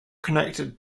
connected